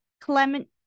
clement